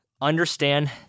Understand